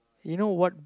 you know what